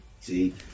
See